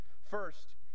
First